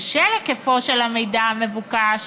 בשל היקפו של המידע המבוקש,